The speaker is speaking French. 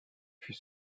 fut